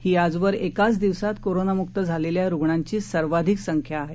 ही आजवर एकाच दिवसात कोरोनामुक्त झालेल्या रुग्णांची सर्वाधिक संख्या आहे